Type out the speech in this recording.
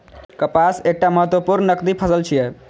कपास एकटा महत्वपूर्ण नकदी फसल छियै